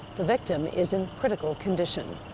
the victim is in critical condition.